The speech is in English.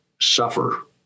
suffer